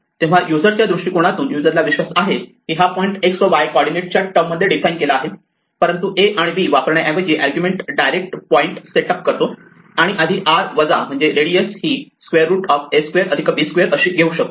तेव्हा युजर च्या दृष्टिकोनातून युजरला विश्वास आहे की हा पॉईंट x व y कॉर्डीनेट च्या टर्म मध्ये डिफाइन केला आहे परंतु a आणि b वापरण्या ऐवजी argument direct point set up करतो आपण आधी r म्हणजेच रेडियस ही √a2 b2 अशी घेऊ शकतो